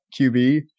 QB